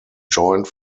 joined